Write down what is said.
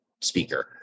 speaker